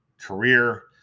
career